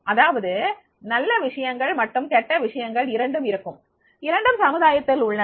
அதாவது நல்ல விஷயங்கள் மற்றும் கெட்ட விஷயங்கள் இரண்டும் இருக்கும் இரண்டும் சமுதாயத்தில் உள்ளன